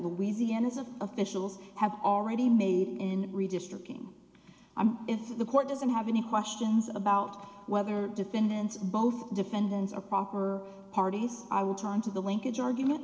louisiana's of officials have already made in redistricting i'm if the court doesn't have any questions about whether defendants both defendants are proper parties i will turn to the linkage argument